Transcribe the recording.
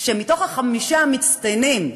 שמתוך חמשת המצטיינים,